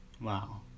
Wow